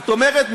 זאת אומרת,